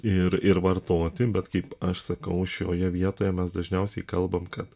ir ir vartoti bet kaip aš sakau šioje vietoje mes dažniausiai kalbam kad